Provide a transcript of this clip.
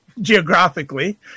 geographically